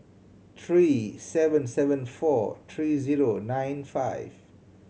three seven seven four three zero nine five